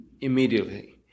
immediately